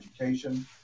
education